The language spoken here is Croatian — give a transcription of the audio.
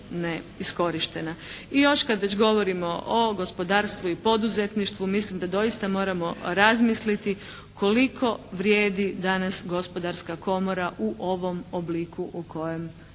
I još kad već govorimo o gospodarstvu i poduzetništvu. Mislim da doista moramo razmisliti koliko vrijedi danas Gospodarska komora u ovom obliku u kojem